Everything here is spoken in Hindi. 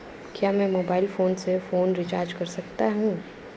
क्या मैं मोबाइल फोन से फोन रिचार्ज कर सकता हूं?